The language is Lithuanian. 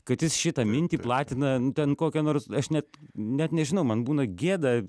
kad jis šitą mintį platina nu ten kokią nors aš net net nežinau man būna gėda